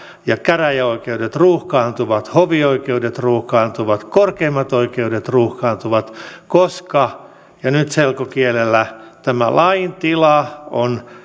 ja käräjäoikeudet ruuhkaantuvat hovioikeudet ruuhkaantuvat korkeimmat oikeudet ruuhkaantuvat koska ja nyt selkokielellä tämä laintila on